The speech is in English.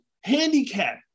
handicap